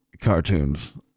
cartoons